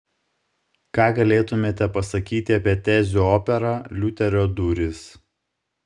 ką galėtumėte pasakyti apie tezių operą liuterio durys